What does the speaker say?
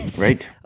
Right